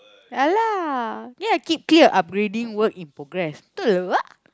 yeah lah then I keep clear upgrading work in progress